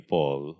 Paul